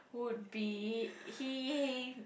would be he